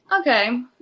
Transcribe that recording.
okay